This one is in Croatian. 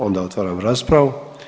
Onda otvaram raspravu.